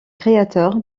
créateur